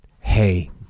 hey